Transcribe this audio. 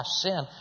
sin